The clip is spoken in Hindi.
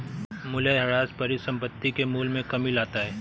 मूलयह्रास परिसंपत्ति के मूल्य में कमी लाता है